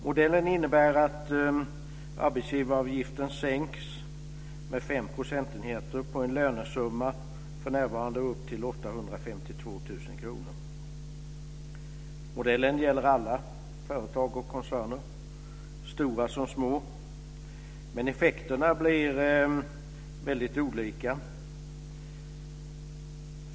Modellen innebär att arbetsgivaravgiften sänks med fem procentenheter på en lönesumma, för närvarande upp till 852 000 kr. Modellen gäller alla företag och koncerner, stora som små. Men effekterna blir väldigt olika.